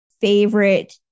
favorite